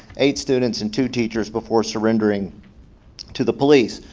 eight students and two teachers before surrendering to the police.